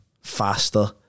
faster